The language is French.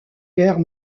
guerre